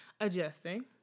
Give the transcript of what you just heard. adjusting